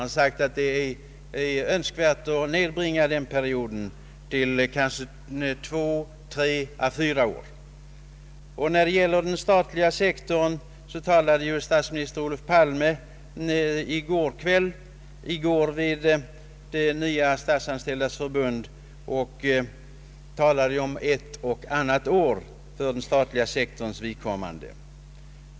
Han har sagt att det är önskvärt att nedbringa perioden till kanske två—tre —fyra år. Statsminister Olof Palme talade i går vid Statsanställdas förbunds kongress om ”ett och annat år” för den statliga sektorns vidkommande.